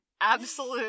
absolute